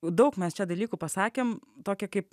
daug mes čia dalykų pasakėm tokią kaip